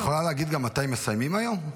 את יכולה להגיד גם מתי מסיימים היום?